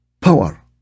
power